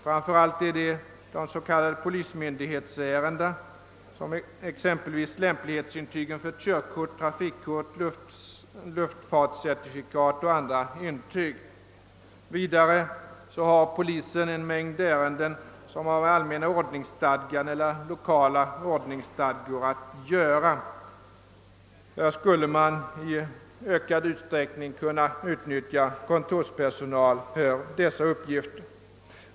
Framför allt är det s.k. polismyndighetsärenden. Exempel på detta är lämplighetsintyg för körkort, trafikkort och luftcertifikat och andra vandelsintyg. Vidare sköter polisen en mängd ärenden som har med allmänna ordningsstadgan eller lokala ordningsstadgan att göra.» För sådana uppgifter skulle man i ökad utsträckning kunna utnyttja kontorspersonal.